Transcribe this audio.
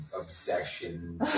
obsession